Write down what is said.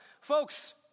Folks